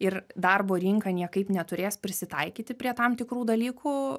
ir darbo rinka niekaip neturės prisitaikyti prie tam tikrų dalykų